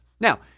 Now